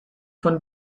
von